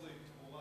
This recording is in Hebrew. למכור זה עם תמורה.